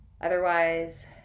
Otherwise